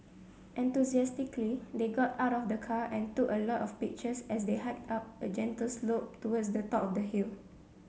enthusiastically they got out of the car and took a lot of pictures as they hiked up a gentle slope towards the top of the hill